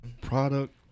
product